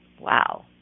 Wow